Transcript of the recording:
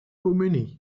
communie